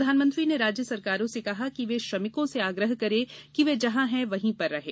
प्रधानमंत्री ने राज्य सरकारों से कहा कि वे श्रमिकों से आग्रह करें कि वे जहां हैं वहीं पर रहें